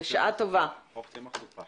בשעה טובה חוף צמח סופח.